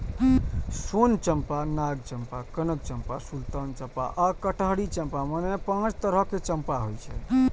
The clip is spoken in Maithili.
सोन चंपा, नाग चंपा, कनक चंपा, सुल्तान चंपा आ कटहरी चंपा, मने पांच तरहक चंपा होइ छै